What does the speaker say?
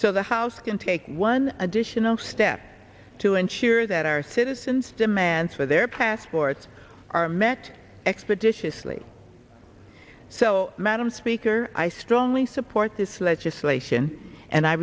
so the house can take one additional step to ensure that our citizens demand for their passports are met expeditiously so madam speaker i strongly support this legislation and i